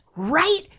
right